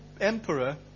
emperor